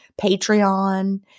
Patreon